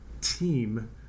team